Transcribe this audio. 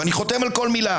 ואני חותם על כל מילה: